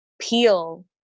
peel